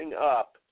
up